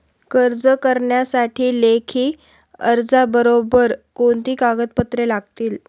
कर्ज करण्यासाठी लेखी अर्जाबरोबर कोणती कागदपत्रे लागतील?